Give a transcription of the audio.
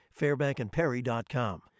fairbankandperry.com